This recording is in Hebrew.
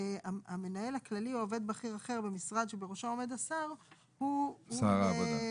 והמנהל הכללי או עובד בכיר אחר במשרד שבראשו עומד השר --- שר העבודה.